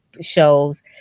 shows